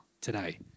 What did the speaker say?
today